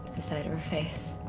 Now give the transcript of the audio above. the side of her face,